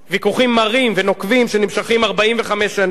ויכוחים מרים ונוקבים שנמשכים 45 שנים.